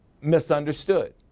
misunderstood